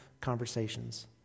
conversations